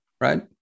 right